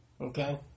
okay